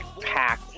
pack